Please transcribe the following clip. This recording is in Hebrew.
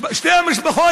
שתי המשפחות,